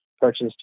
purchased